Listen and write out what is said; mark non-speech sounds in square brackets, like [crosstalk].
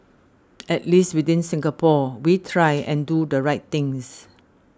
[noise] at least within Singapore we try and do the right things